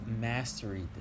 mastery